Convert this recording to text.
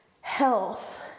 health